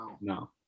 no